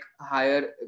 higher